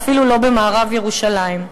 ואפילו לא במערב ירושלים.